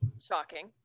shocking